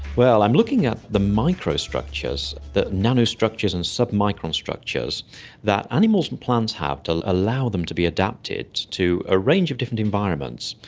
well, i'm looking at the microstructures, the nanostructures and sub-micron structures that animals and plants have to allow them to be adapted to a range of different environments,